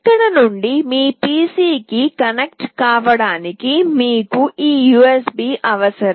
ఇక్కడ నుండి మీ PC కి కనెక్ట్ కావడానికి మీకు ఈ USB అవసరం